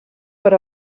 per